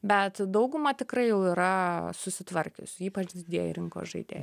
bet dauguma tikrai jau yra susitvarkiusi ypač didieji rinkos žaidėjai